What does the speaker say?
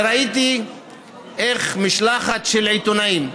ראיתי איך משלחת של עיתונאים,